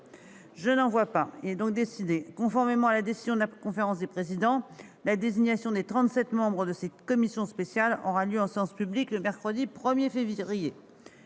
?... Il en est ainsi décidé. Conformément à la décision de la conférence des présidents, la désignation des 37 membres de cette commission spéciale aura lieu en séance publique mercredi 1 février.